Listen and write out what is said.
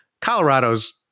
Colorado's